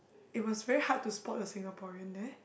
it was very hard to spot a Singaporean there